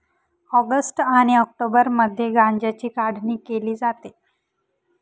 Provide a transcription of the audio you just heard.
August आणि ऑक्टोबरमध्ये गांज्याची काढणी केली जाते